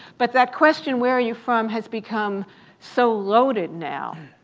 but that question, where are you from, has become so loaded now.